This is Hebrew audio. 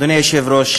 אדוני היושב-ראש,